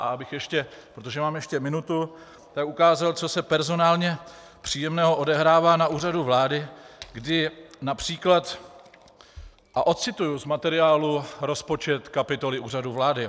A abych ještě, protože mám ještě minutu, ukázal, co se personálně příjemného odehrává na Úřadu vlády, kdy například a odcituji z materiálu rozpočet kapitoly Úřadu vlády.